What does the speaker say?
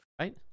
right